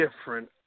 different